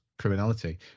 Criminality